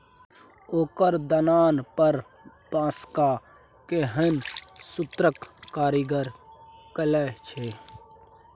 ओकर दलान पर बांसक केहन सुन्नर कारीगरी कएल छै